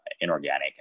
inorganic